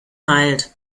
halt